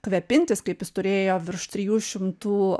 kvėpintis kaip jis turėjo virš trijų šimtų